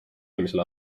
eelmisel